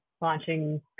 launching